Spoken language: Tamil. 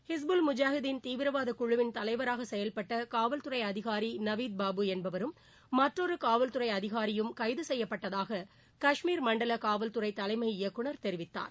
ஹிஸ்புல் முஜாஹிதின் தீவிரவாத குழுவின் தலைவராக செயல்பட்ட காவல்துறை அதிகாரி நவீத் பாபு என்பவரும் மற்றொரு காவல்துறை அதிகாரியும் கைது செய்யப்பட்டதாக காஷ்மீர் மண்டல காவல்துறை தலைமை இயக்குநர் தெரிவித்தார்